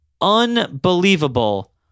unbelievable